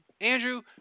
Andrew